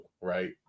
right